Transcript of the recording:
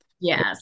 Yes